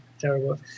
Terrible